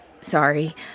Sorry